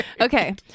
Okay